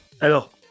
Alors